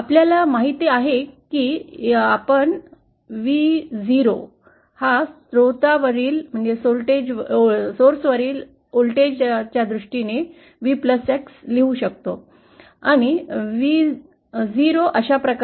आपल्याला माहित आहे की आपण Vo स्त्रोतावरील व्होल्टेजच्या दृष्टीने Vx लिहू शकतो Vo अशाप्रकारे